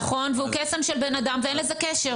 נכון והוא קסם של בן אדם ואין לזה קשר.